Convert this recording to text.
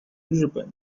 日本